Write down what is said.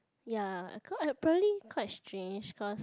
ya apparently quite strange cause